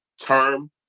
term